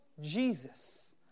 Jesus